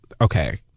okay